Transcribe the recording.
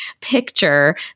picture